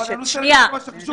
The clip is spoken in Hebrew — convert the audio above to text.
אני רוצה להגיד משהו חשוב.